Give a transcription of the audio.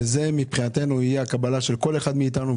וזה מבחינתנו יהיה הקבלה של כל אחד מאיתנו,